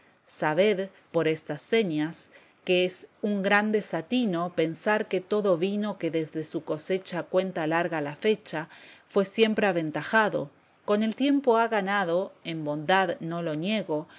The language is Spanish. sabed por estas señas que es un gran desatino pensar que todo vino que desde su cosecha cuenta larga la fecha fué siempre aventajado con el tiempo ha ganado en bondad no lo niego